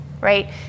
right